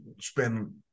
spend